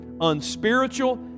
unspiritual